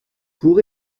pour